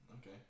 Okay